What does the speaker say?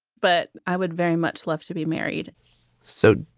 but i would very much love to be married so.